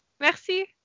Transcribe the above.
Merci